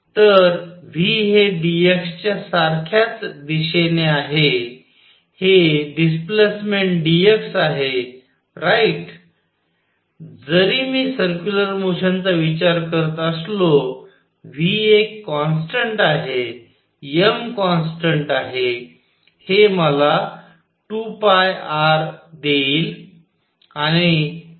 तर v हे dx च्या सारख्याच दिशेने आहे हे डिस्प्लेसमेंट dx आहे राईट जरी मी सर्क्युलर मोशन चा विचार करत असलो v एक कॉन्स्टंट आहे m कॉन्स्टंट आहे हे मला 2 r देईल